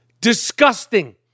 Disgusting